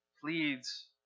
pleads